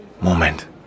Moment